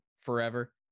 forever